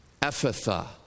Ephatha